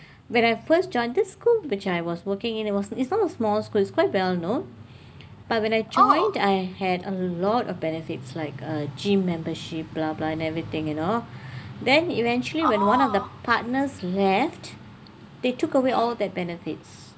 when I first joined this school which I was working in it wasn't it's not small school it's quite well known but when I joined I had a lot of benefits like a gym membership blah blah and everything you know then eventually when one of the partners left they took away all that benefits